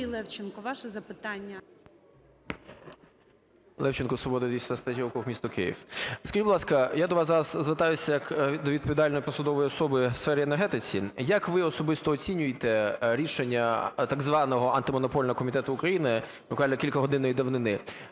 Юрій Левченко, ваше запитання. 17:27:06 ЛЕВЧЕНКО Ю.В. Левченко, "Свобода", 223 округ місто Київ. Скажіть, будь ласка, я до вас зараз звертаюсь як до відповідальної посадової особи у сфері енергетиці. Як ви особисто оцінюєте рішення так званого Антимонопольного комітету України буквально кількагодинної давнини,